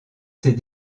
ses